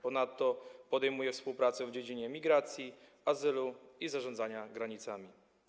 Ponadto podejmuje się współpracę w dziedzinie migracji, azylu i zarządzania granicami.